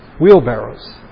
Wheelbarrows